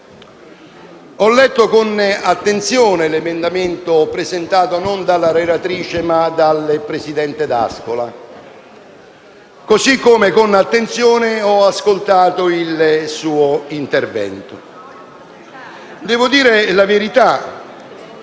Ho letto con attenzione l'emendamento presentato non dalla relatrice, ma dal presidente D'Ascola, così come con attenzione ho ascoltato il suo intervento. Devo dire la verità: